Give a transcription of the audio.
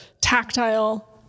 tactile